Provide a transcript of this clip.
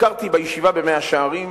ביקרתי בישיבה במאה-שערים,